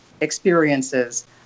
experiences